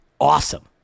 awesome